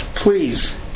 please